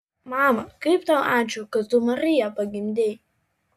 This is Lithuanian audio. mama kaip tau ačiū kad tu mariją pagimdei